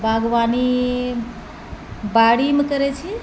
बागवानी बाड़ीमे करै छी